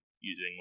using